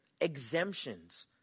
exemptions